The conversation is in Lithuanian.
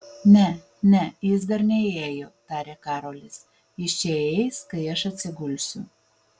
ne ne jis dar neįėjo tarė karolis jis čia įeis kai aš atsigulsiu